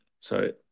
Sorry